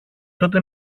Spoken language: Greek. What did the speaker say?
τότε